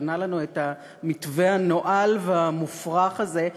שבנה לנו את המתווה הנואל והמופרך הזה,